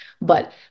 but-